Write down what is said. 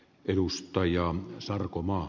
arvoisa puhemies